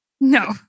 No